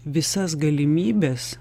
visas galimybes